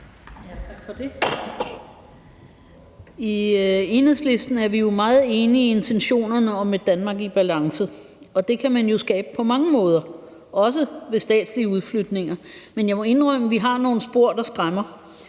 I Enhedslisten er vi meget enige i intentionerne om et Danmark i balance, og det kan man jo skabe på mange måder, også ved hjælp af statslige udflytninger. Men jeg må indrømme, at vi har nogle spor, der skræmmer,